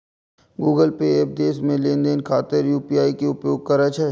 Google Pay app देश मे लेनदेन खातिर यू.पी.आई के उपयोग करै छै